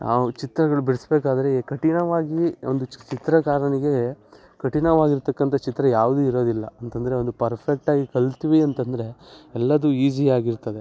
ನಾವು ಚಿತ್ರಗಳು ಬಿಡಿಸ್ಬೇಕಾದ್ರೆ ಈ ಕಠಿಣವಾಗಿ ಒಂದು ಚಿತ್ರಕಾರನಿಗೆ ಕಠಿಣವಾಗಿರತಕ್ಕಂಥ ಚಿತ್ರ ಯಾವುದೂ ಇರೋದಿಲ್ಲ ಅಂತಂದರೆ ಒಂದು ಪರ್ಫೆಕ್ಟಾಗಿ ಕಲಿತ್ವಿ ಅಂತಂದರೆ ಎಲ್ಲದೂ ಈಸಿಯಾಗಿರ್ತದೆ